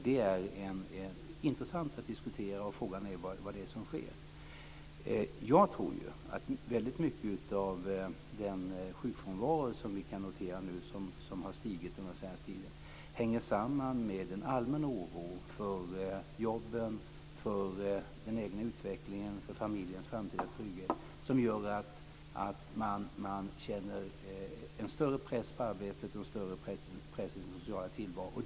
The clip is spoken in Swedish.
Detta är intressant att diskutera, och frågan är vad det är som sker. Jag tror att väldigt mycket av den senaste tidens ökade sjukfrånvaro hänger samman med en allmän oro för jobben, för den egna utvecklingen och för familjens framtida trygghet. Man känner en större press på arbetet och i sin sociala tillvaro.